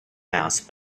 mass